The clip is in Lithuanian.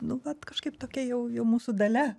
nu vat kažkaip tokia jau jau mūsų dalia